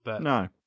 no